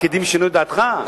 הפקידים שינו את דעתך?